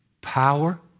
power